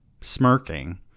Smirking